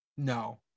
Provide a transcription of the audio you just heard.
no